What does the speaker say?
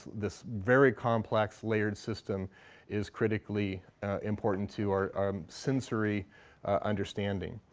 this very complex, layered system is critically important to our sensory understanding.